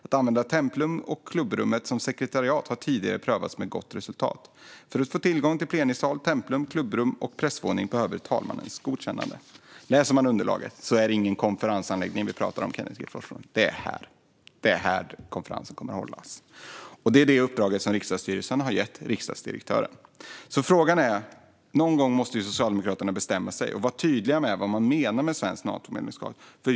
Att använda Templum och klubbrummet som sekretariat har tidigare prövats med gott resultat. För att få tillgång till plenisal, Templum, klubbrum och pressvåning behövs talmannens godkännande. Läser man underlaget står det klart att det inte är någon konferensanläggning vi pratar om, Kenneth G Forslund - det är här konferensen kommer att hållas. Det är det uppdraget som riksdagsstyrelsen har gett riksdagsdirektören. Någon gång måste Socialdemokraterna bestämma sig och vara tydliga med vad man menar med svenskt Natomedlemskap.